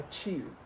achieve